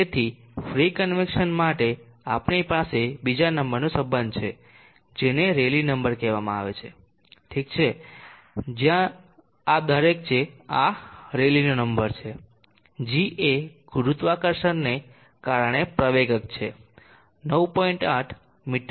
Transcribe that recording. તેથી free convection માટે આપણી પાસે બીજા નંબરનો સંબંધ છે જેને રેલી નંબર કહેવામાં આવે છે ઠીક છે જ્યાં આ દરેક છે આ રેલીનો નંબર છે g એ ગુરુત્વાકર્ષણને કારણે પ્રવેગક છે 9